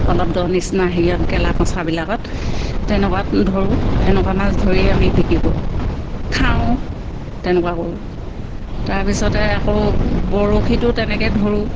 অলপ দ নিচিনা হেৰিয়ত গেলা পচাবিলাকত তেনেকুৱাত ধৰোঁ সেনেকুৱা মাছ ধৰি আমি বিক্ৰী কৰোঁ খাওঁ তেনেকুৱা কৰোঁ তাৰপিছতে আকৌ বৰশীটো তেনেকে ধৰোঁ